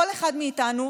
כל אחד מאיתנו,